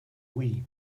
wii